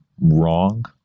wrong